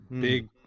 big